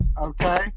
okay